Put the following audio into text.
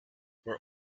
were